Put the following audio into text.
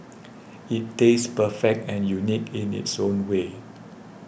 it tastes perfect and unique in its own way